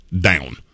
down